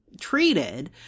treated